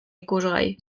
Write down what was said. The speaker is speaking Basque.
ikusgai